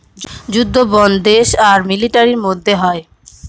যুদ্ধ বন্ড দেশ আর মিলিটারির মধ্যে হয়